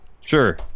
Sure